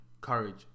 courage